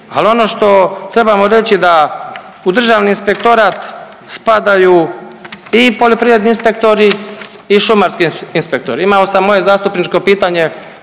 al ono što trebamo reći da u državni inspektorat spadaju i poljoprivredni inspektori i šumarski inspektori. Imao sam moje zastupničko pitanje